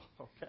okay